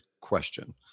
question